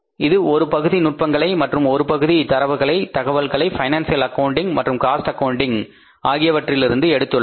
இது ஒரு பகுதி நுட்பங்களை மற்றும் ஒரு பகுதி தரவுகளை தகவல்களை பைனான்சியல் அக்கவுண்டிங் மற்றும் காஸ்ட் அக்கவுன்டிங் ஆகியவற்றிலிருந்து எடுத்துள்ளது